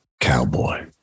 cowboy